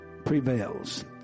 prevails